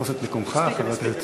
תפוס את מקומך, חבר הכנסת צור.